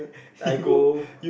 I go